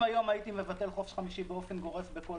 אנחנו נמצאים באותו מצב שהיינו בו לפני